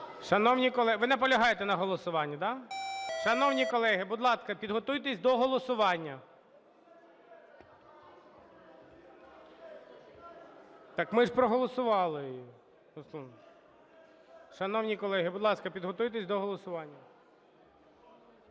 Шановні колеги, ви наполягаєте на голосуванні, да? Шановні колеги, будь ласка, підготуйтесь до голосування. (Шум в залі) Так ми ж проголосували її. Шановні колеги, будь ласка, підготуйтесь до голосування.